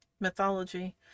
Mythology